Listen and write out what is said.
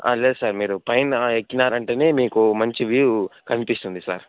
లే సార్ మీరు పైన ఎక్కినారంటేనే మీకు మంచి వ్యూ కనిపిస్తుంది సార్